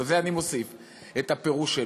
בזה אני מוסיף את הפירוש.